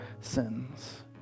sins